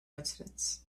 incidents